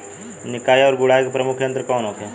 निकाई और गुड़ाई के प्रमुख यंत्र कौन होखे?